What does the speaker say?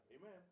Amen